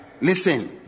listen